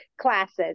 classes